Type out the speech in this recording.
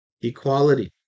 equality